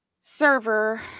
server